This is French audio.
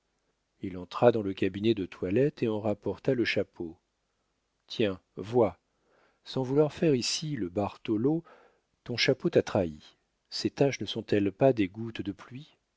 il entra dans le cabinet de toilette et en rapporta le chapeau tiens vois sans vouloir faire ici le bartholo ton chapeau t'a trahie ces taches ne sont-elles pas des gouttes de pluie